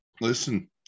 listen